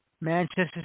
Manchester